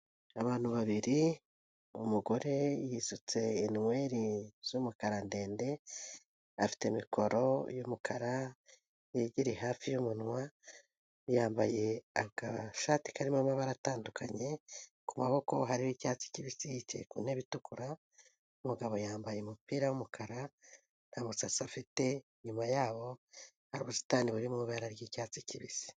Abantu babiri, umugore yisutse inweri z'umukara ndende, afite mikoro y'umukara yegereye hafi y'umunwa, yambaye agashati karimo amabara atandukanye ku maboko hariho icyatsi kibisi, yicaye ku ntebe itukura, umugabo yambaye umupira w'umukara, nta musatsi afite, inyuma yabo hari ubusitani buri mu ibara ry'icyatsi kibisi.